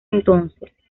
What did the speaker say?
entonces